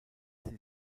sie